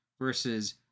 versus